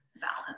balance